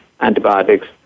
antibiotics